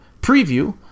preview